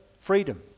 Freedom